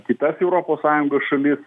kitas europos sąjungos šalis